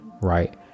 right